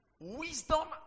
wisdom